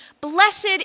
Blessed